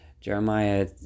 Jeremiah